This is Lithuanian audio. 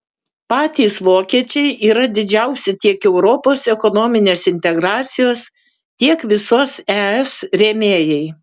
patys vokiečiai yra didžiausi tiek europos ekonominės integracijos tiek visos es rėmėjai